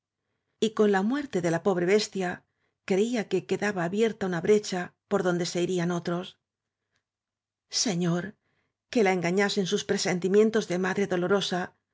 con la muerte de la pobre bestia creía que quedaba abierta una brecha por donde se irían otros señor que la enga ñasen sus presentimientos de madre